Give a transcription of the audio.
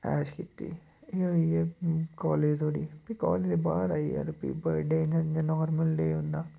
ऐश कीती एह् होई गे कालेज धोड़ी फ्ही कालेज दे बाद आई गेआ ते फ्ही बडे इयां नार्मल डे होंदा